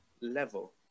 level